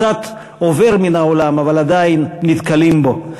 קצת עובר מן העולם אבל עדיין נתקלים בו,